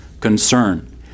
concern